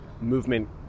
movement